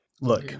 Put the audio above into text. look